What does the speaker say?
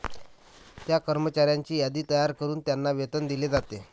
त्या कर्मचाऱ्यांची यादी तयार करून त्यांना वेतन दिले जाते